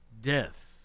Deaths